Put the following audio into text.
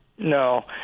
No